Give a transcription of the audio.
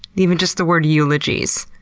even just the word eulogies.